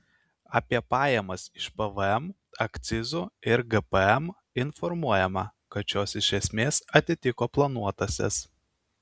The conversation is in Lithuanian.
apie pajamas iš pvm akcizų ir gpm informuojama kad šios iš esmės atitiko planuotąsias